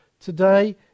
Today